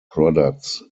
products